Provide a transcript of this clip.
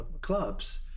clubs